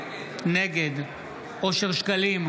נגד אושר שקלים,